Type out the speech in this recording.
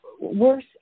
worse